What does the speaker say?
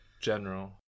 general